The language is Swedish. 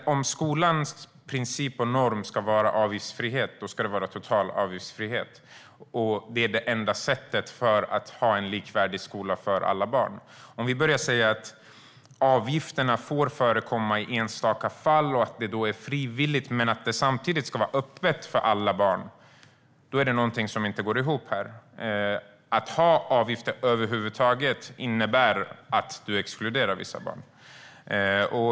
Om skolans princip och norm ska vara avgiftsfrihet, så ska det vara total avgiftsfrihet. Det är det enda sättet att ha en likvärdig skola för alla barn. Om vi börjar säga att avgifter får förekomma i enstaka fall, att det är frivilligt och att det samtidigt ska vara öppet för alla barn är det någonting som inte går ihop. Att man över huvud taget har avgifter innebär att man exkluderar vissa barn.